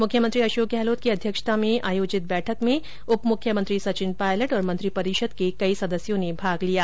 मुख्यमंत्री अशोक गहलोत की अध्यक्षता में आयोजित बैठक में उपमुख्यमंत्री संचिव पायलट तथा मंत्रीपरिषद के कई सदस्यों ने भाग लिया